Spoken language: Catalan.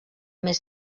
més